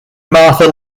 martha